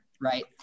right